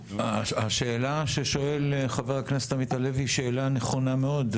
השאלה ששואל חבר הכנסת עמית הלוי היא שאלה נכונה מאוד.